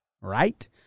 Right